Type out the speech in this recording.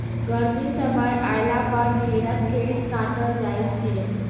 गर्मीक समय अयलापर भेंड़क केश काटल जाइत छै